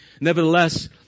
Nevertheless